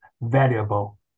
valuable